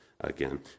again